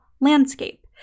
landscape